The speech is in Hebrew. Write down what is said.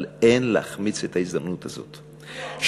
אבל אין להחמיץ את ההזדמנות הזאת,